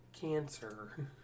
Cancer